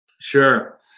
Sure